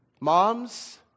Moms